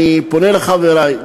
אני פונה לחברי,